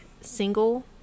single